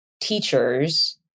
teachers